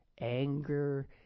anger